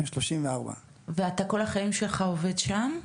בן 34. ואתה כל החיים שלך עובד שם?